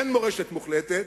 אין מורשת מוחלטת,